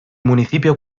municipio